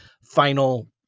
final